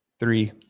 Three